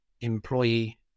employee